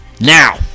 Now